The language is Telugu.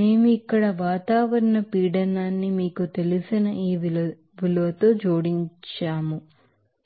మేము ఇక్కడ అట్ఠమోస్ఫెరిక్ ప్రెషర్ న్ని మీకు తెలిసిన ఈ విలువలతో జోడిస్తున్నాము